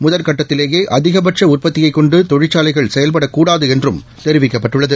முதல் கட்டத்திலேயே அதிகபட்ச உற்பத்தியைக் கொண்டு தொழிற்சாலைகள் செயல்படக்கூடாது என்றும் தெரிவிக்கப்பட்டுள்ளது